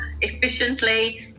efficiently